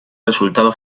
resultado